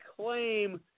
claim